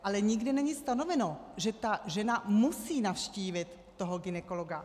Ale nikde není stanoveno, že žena musí navštívit toho gynekologa.